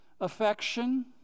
affection